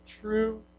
true